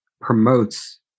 promotes